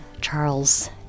Charles